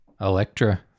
Electra